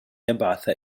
يبعث